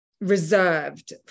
reserved